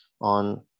on